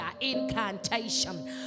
Incantation